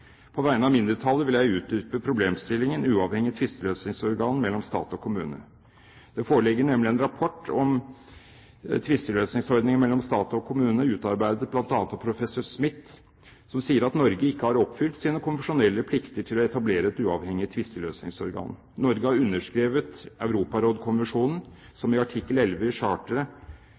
På vegne av mindretallet vil jeg utdype problemstillingen uavhengig tvisteløsningsorgan mellom stat og kommune. Det foreligger nemlig en rapport om tvisteløsningsordninger mellom stat og kommune utarbeidet bl.a. av professor Smith, som sier at Norge ikke har oppfylt sine konvensjonelle plikter til å etablere et uavhengig tvisteløsningsorgan. Norge har underskrevet Europarådkonvensjonen, som i artikkel 11 i charteret